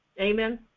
Amen